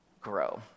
grow